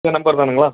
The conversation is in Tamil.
இதே நம்பர் தானுங்ளா